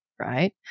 right